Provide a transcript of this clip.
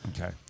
Okay